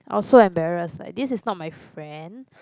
I was so embarrassed like this is not my friend